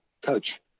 coach